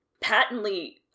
patently